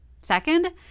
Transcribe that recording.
Second